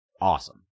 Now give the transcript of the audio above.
awesome